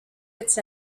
its